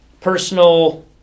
personal